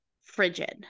frigid